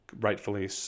rightfully